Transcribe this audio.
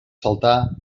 saltar